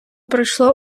пройшло